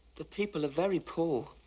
the people are very poor.